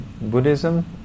Buddhism